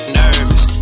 nervous